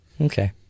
Okay